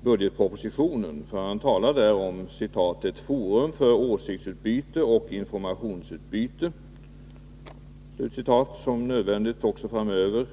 budgetpropositionen, för han talar där om ”ett forum för åsiktsutbyte och informationsutbyte” som nödvändigt också framöver.